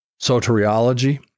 soteriology